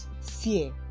fear